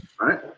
right